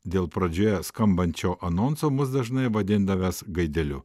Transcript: dėl pradžioje skambančio anonso mus dažnai vadindavęs gaideliu